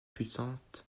puissante